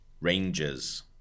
Rangers